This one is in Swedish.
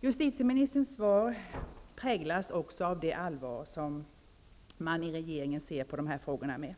Justitieministerns svar präglas också av det allvar som man i regeringen ser på de här frågorna med,